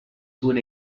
soon